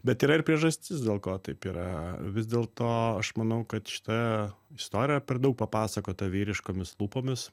bet yra ir priežastis dėl ko taip yra vis dėl to aš manau kad šita istorija per daug papasakota vyriškomis lūpomis